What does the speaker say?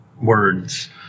words